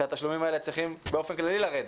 שהתשלומים האלה צריכים באופן כללי לרדת,